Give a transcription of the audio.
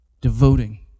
devoting